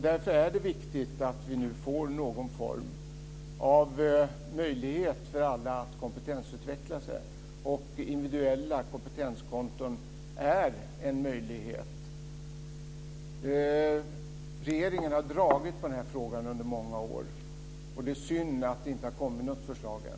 Därför är det viktigt att vi nu får någon form av möjlighet för alla att kompetensutveckla sig. Individuella kompetenskonton är en möjlighet. Regeringen har dragit på den här frågan under många år, och det är synd att det inte har kommit något förslag än.